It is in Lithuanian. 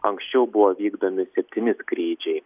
anksčiau buvo vykdomi septyni skrydžiai